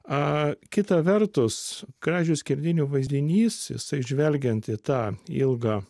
a kita vertus kražių skerdynių vaizdinys jisai žvelgiant į tą ilgą